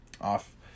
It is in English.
off